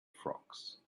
frocks